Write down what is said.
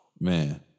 man